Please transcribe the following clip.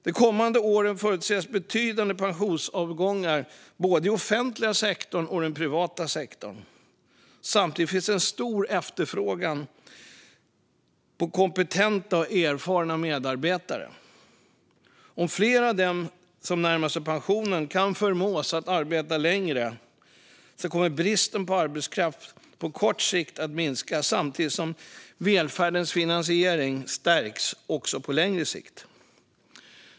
De kommande åren förutses betydande pensionsavgångar både i den offentliga sektorn och i den privata sektorn. Samtidigt finns det en stor efterfrågan på kompetenta och erfarna medarbetare. Om fler av dem som nu närmar sig pensionen kan förmås att arbeta längre kommer bristen på arbetskraft på kort sikt att minska samtidigt som välfärdens finansiering stärks också på längre sikt.